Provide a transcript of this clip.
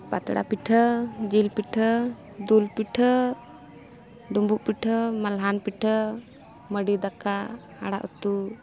ᱯᱟᱛᱲᱟ ᱯᱤᱴᱷᱟᱹ ᱡᱤᱞ ᱯᱤᱴᱷᱟᱹ ᱫᱩᱞ ᱯᱤᱴᱷᱟᱹ ᱰᱩᱸᱵᱩᱜ ᱯᱤᱴᱷᱟᱹ ᱢᱟᱞᱦᱟᱱ ᱯᱤᱴᱷᱟᱹ ᱢᱟᱺᱰᱤ ᱫᱟᱠᱟ ᱟᱲᱟᱜ ᱩᱛᱩ